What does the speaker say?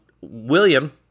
William